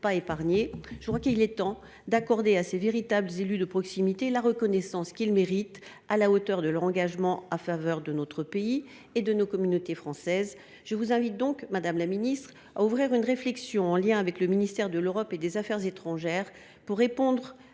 Je crois qu’il est temps d’accorder à ces vrais élus de proximité la reconnaissance qu’ils méritent, à la hauteur de leur engagement en faveur de notre pays et de nos communautés françaises. C’est pourquoi je vous invite, madame la ministre, à ouvrir une réflexion, en lien avec le ministère de l’Europe et des affaires étrangères, pour répondre à cette demande